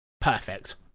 perfect